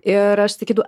ir aš sakydavau